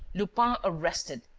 lupin arrested!